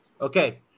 Okay